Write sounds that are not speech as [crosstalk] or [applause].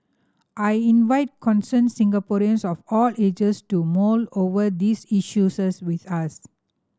I invite concerned Singaporeans of all ages to mull over these [unintelligible] with us